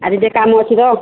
ଆଜି ଟିକେ କାମ ଅଛି ତ